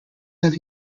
have